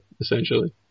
essentially